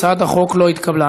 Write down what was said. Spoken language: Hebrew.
הצעת החוק לא התקבלה.